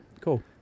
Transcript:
cool